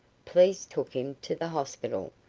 police took him to the hospital,